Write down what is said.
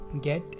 get